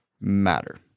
matter